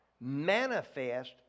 manifest